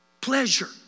Pleasure